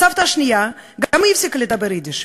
הסבתא השנייה גם היא הפסיקה לדבר יידיש,